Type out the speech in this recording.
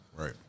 Right